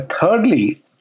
Thirdly